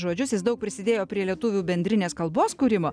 žodžius jis daug prisidėjo prie lietuvių bendrinės kalbos kūrimo